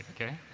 okay